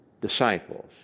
disciples